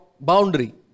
boundary